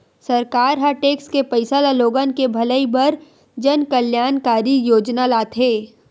सरकार ह टेक्स के पइसा ल लोगन के भलई बर जनकल्यानकारी योजना लाथे